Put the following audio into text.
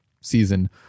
season